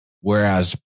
whereas